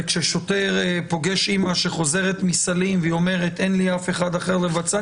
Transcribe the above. וכששוטר פוגש אמא שחוזרת עם סלים והיא אומרת: אין לי אף אחד אחר לבצע,